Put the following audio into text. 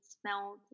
smelled